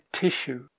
tissue